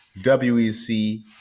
WEC